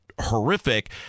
horrific